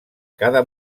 cada